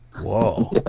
Whoa